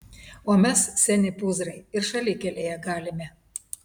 o mes seni pūzrai ir šalikelėje galime